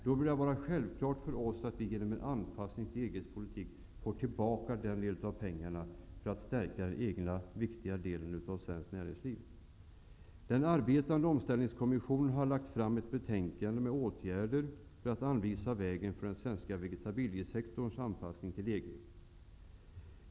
Då bör det vara självklart för oss att vi genom en anpassning till EG:s politik får tillbaka en del av pengarna för att stärka denna viktiga del av svenskt näringsliv. Den arbetande Omställningskommissionen har lagt fram ett betänkande om åtgärder för att anvisa vägen för den svenska vegetabiliesektorns anpassning till EG.